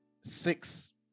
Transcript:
six